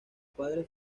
padre